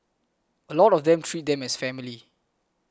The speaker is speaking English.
a lot of them treat them as family